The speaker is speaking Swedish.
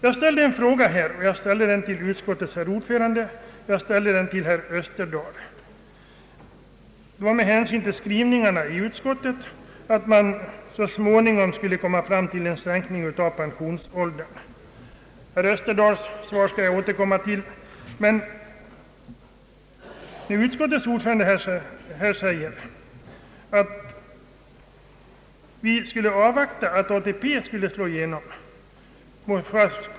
Jag ställde en fråga till utskottets ordförande och en fråga till herr Österdahl med anledning av utskottets skrivning att man så småningom skulle komma fram till en sänkning av pensionsåldern. Herr Österdahls svar skall jag återkomma till senare. Utskottets ordförande säger att vi bör avvakta tiden tills ATP har slagit igenom.